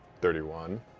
thirty one.